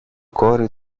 κόρη